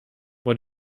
what